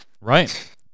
Right